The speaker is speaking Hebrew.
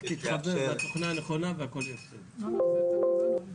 משרד ראש הממשלה,